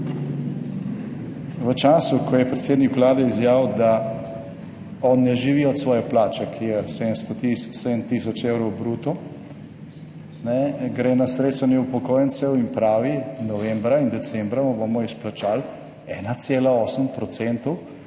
V času, ko je predsednik Vlade izjavil, da on ne živi od svoje plače, ki je 7 tisoč evrov bruto, ne, gre na srečanje upokojencev in pravi, novembra in decembra vam bomo izplačali 1,8